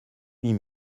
huit